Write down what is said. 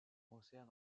concerts